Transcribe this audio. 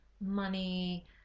money